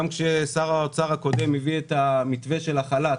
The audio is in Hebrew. גם כששר האוצר הקודם הביא את המתווה של החל"ת,